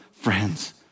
friends